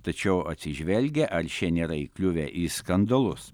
tačiau atsižvelgia ar šie nėra įkliuvę į skandalus